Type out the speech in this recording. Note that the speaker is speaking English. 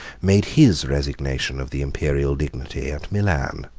made his resignation of the imperial dignity at milan.